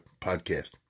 podcast